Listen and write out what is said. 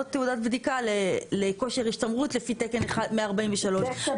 או תעודת בדיקה לכושר השתמרות לפי תקן 143. זה מצוין.